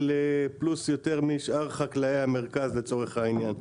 פלוס יותר משאר חקלאי המרכז לצורך העניין.